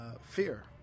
fear